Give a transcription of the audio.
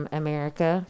america